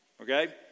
okay